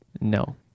no